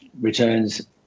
returns